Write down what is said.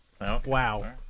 Wow